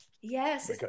yes